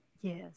Yes